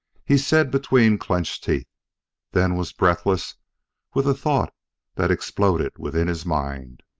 he said between clenched teeth then was breathless with a thought that exploded within his mind.